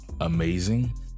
Amazing